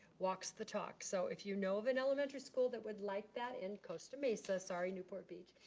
walks the talk. so if you know of an elementary school that would like that in costa mesa, sorry newport beach,